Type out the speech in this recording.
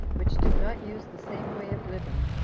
which did not use the same way of living,